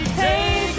take